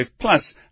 Plus